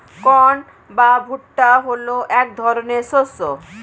corn বা ভুট্টা হলো এক ধরনের শস্য